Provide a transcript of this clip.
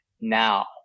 now